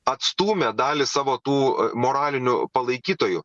atstūmė dalį savo tų moralinių palaikytojų